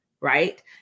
right